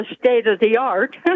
state-of-the-art